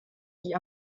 die